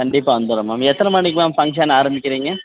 கண்டிப்பாக வந்துடுறேன் மேம் எத்தனை மணிக்கு ஃபங்க்ஷன் ஆரம்பிக்கிறீங்க